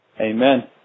Amen